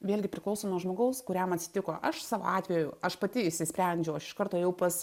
vėlgi priklauso nuo žmogaus kuriam atsitiko aš savo atveju aš pati išsisprendžiau aš iš karto ėjau pas